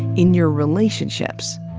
in your relationships.